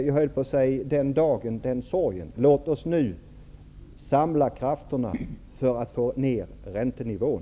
Jag höll på att säga: den dagen den sorgen. Låt oss nu samla krafterna för att få ner räntenivån.